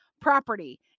property